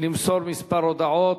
למסור כמה הודעות.